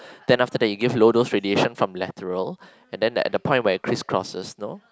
then after that you give loadal those radiation from lateral and then at the point where it criss crosses know